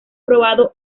probado